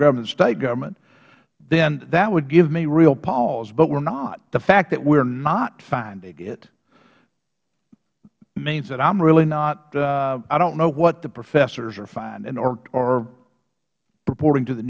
government and state government then that would give me real pause but we're not the fact that we're not finding it means that i'm really noth i don't know what the professors are finding or purporting to the